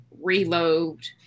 reload